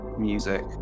music